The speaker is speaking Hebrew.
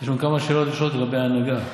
יש לנו כמה שאלות לשאול אותו לגבי ההנהגה.